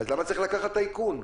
למה צריך לקחת את האיכון?